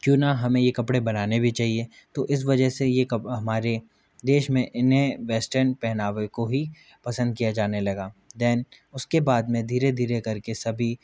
क्यों ना हमें ये कपड़े बनाने भी चाहिए तो इस वजह से ये कब हमारे देश में इन्हें वेस्टर्न पहनावे को ही पसंद किया जाने लगा देन उसके बाद में धीरे धीरे कर के सभी